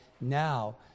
now